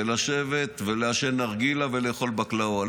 ולשבת ולעשן נרגילה ולאכול בקלאווה.